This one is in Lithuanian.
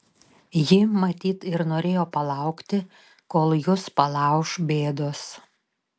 ji matyt ir norėjo palaukti kol jus palauš bėdos